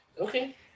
Okay